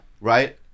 Right